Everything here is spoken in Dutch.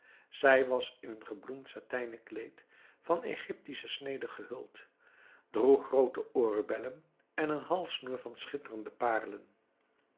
zij was in een gebloemd satijnen kleed van egyptische snede gehuld droeg groote oorbellen en een halssnoer van schitterende